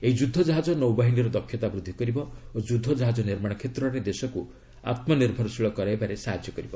ଏହି ଯୁଦ୍ଧ କାହାଜ ନୌବାହିନୀର ଦକ୍ଷତା ବୃଦ୍ଧି କରିବ ଓ ଯୁଦ୍ଧ ଜାହାଜ ନିର୍ମାଣ କ୍ଷେତ୍ରରେ ଦେଶକୁ ଆତ୍ମନିର୍ଭରଶୀଳ କରାଇବାରେ ସାହାଯ୍ୟ କରିବ